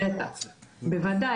בטח, בוודאי.